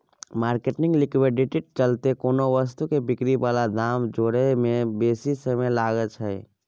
marketing liquidity चलते कोनो वस्तु के बिक्री बला दाम जोड़य में बेशी समय लागइ छइ